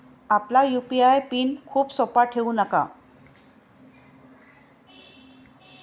आपला UPI PIN खूप सोपा ठेवू नका